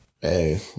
Hey